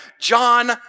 John